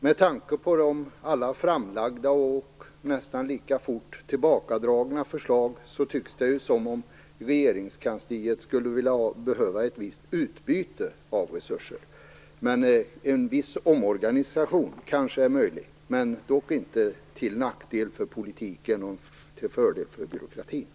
Med tanke på alla framlagda och nästan lika snabbt tillbakadragna förslag, tycks det som om regeringskansliet skulle behöva ett visst utbyte av resurser. En viss omorganisation kanske är möjlig - dock inte till nackdel för politiken och till fördel för byråkratin.